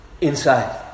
inside